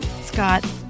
Scott